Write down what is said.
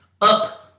Up